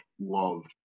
loved